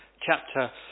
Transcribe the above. Chapter